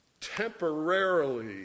temporarily